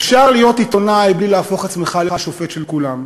אפשר להיות עיתונאי בלי להפוך עצמך לשופט של כולם.